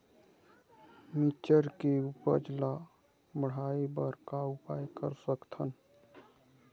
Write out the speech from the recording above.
मिरचई के वजन ला बढ़ाएं बर का उपाय कर सकथन?